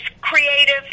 creative